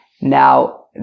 Now